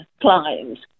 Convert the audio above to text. clients